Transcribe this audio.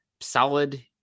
solid